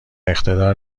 اقتدار